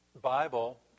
Bible